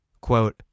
Quote